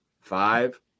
five